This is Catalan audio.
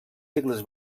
cicles